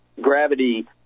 gravity